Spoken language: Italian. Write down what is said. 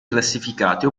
classificate